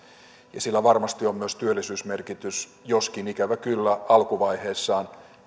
ja sillä varmasti on myös työllisyysmerkitys joskin ikävä kyllä alkuvaiheessaan